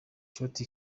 ishoti